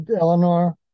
Eleanor